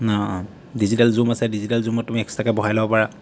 digital zoom আছে digital জুমত তুমি এক্সটট্ৰাকৈ বঢ়াই ল'ব পাৰা